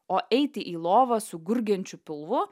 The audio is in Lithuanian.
o eiti į lovą su gurgiančiu pilvu